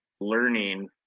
learning